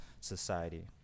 society